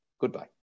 Goodbye